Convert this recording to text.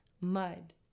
mud